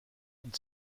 und